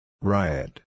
Riot